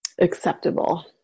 acceptable